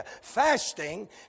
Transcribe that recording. Fasting